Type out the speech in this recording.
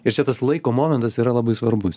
ir čia tas laiko momentas yra labai svarbus